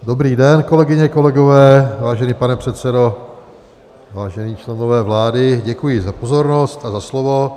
Dobrý den, kolegyně, kolegové, vážený pane předsedo, vážení členové vlády, děkuji za pozornost a za slovo.